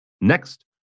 Next